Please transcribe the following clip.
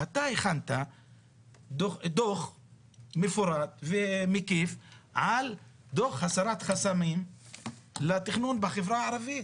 אתה הכנת דו"ח מפורט ומקיף על דו"ח הסרת חסמים לתכנון בחברה הערבית.